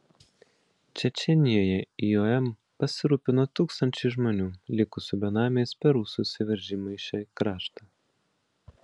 čečėnijoje iom pasirūpino tūkstančiais žmonių likusių benamiais per rusų įsiveržimą į šį kraštą